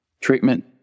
Treatment